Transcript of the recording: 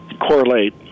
correlate